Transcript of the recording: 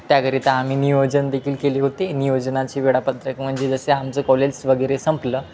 त्याकरिता आम्ही नियोजनदेखील केली होती नियोजनाची वेळापत्रक म्हणजे जसे आमचं कॉलेज्स वगैरे संपलं